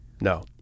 no